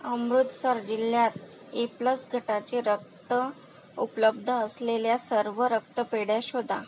अमृतसर जिल्ह्यात A plus गटाचे रक्त उपलब्ध असलेल्या सर्व रक्तपेढ्या शोधा